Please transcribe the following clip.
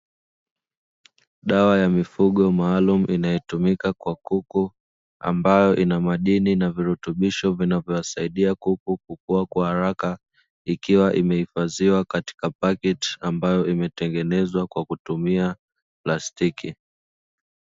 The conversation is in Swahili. Dawa ya mifugo maalumu inayotumika kwa kuku, ambayo ina madini na virutubisho vinavyowasaidia kuku kukua kwa haraka ikiwa imehifadhiwa katika pakiti ambayo imetengenezwa kwa kutumia plastiki.